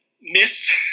miss